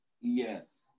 yes